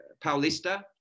Paulista